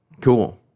Cool